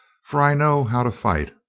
for i know how to fight.